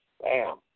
bam